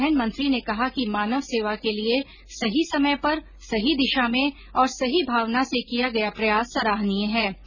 परिवहन मंत्री ने कहा कि मानव सेवा के लिये सही समय पर सही दिशा में और सही भावना से किया गया प्रयास सराहनीय है